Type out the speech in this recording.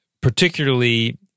particularly